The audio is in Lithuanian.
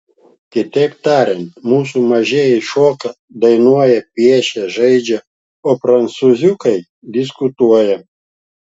kitaip tariant mūsų mažieji šoka dainuoja piešia žaidžia o prancūziukai diskutuoja